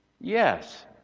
yes